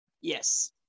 yes